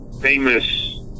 famous